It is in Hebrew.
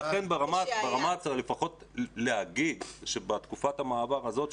אז לכן לפחות להגיד בתקופת המעבר הזאת,